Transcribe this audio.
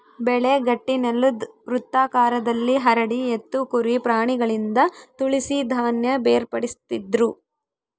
ಬೆಳೆ ಗಟ್ಟಿನೆಲುದ್ ವೃತ್ತಾಕಾರದಲ್ಲಿ ಹರಡಿ ಎತ್ತು ಕುರಿ ಪ್ರಾಣಿಗಳಿಂದ ತುಳಿಸಿ ಧಾನ್ಯ ಬೇರ್ಪಡಿಸ್ತಿದ್ರು